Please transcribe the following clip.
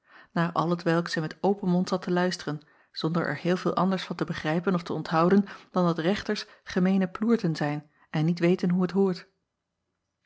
naar al hetwelk zij met open mond zat te luisteren zonder er heel veel anders van te begrijpen of te onthouden dan dat rechters gemeene ploerten zijn en niet weten hoe t hoort